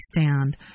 stand